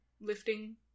lifting